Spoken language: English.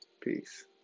Peace